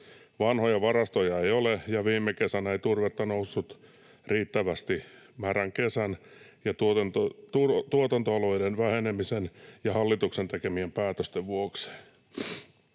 Vanhoja varastoja ei ole, ja viime kesänä ei turvetta noussut riittävästi märän kesän, tuotantoalueiden vähenemisen ja hallituksen tekemien päätösten vuoksi.